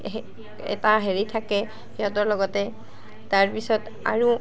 এটা হেৰি থাকে সিহঁতৰ লগতে তাৰপিছত আৰু